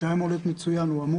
האם בדקו